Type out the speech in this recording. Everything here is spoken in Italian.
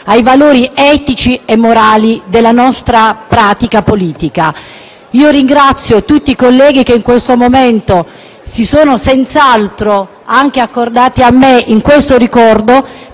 ai valori etici e morali della nostra pratica politica. Ringrazio tutti i colleghi che in questo momento si sono senz'altro uniti a me in questo ricordo,